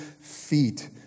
feet